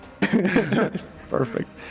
perfect